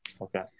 Okay